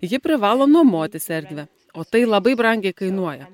ji privalo nuomotis erdvę o tai labai brangiai kainuoja